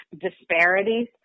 disparities